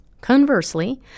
Conversely